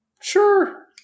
Sure